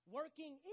working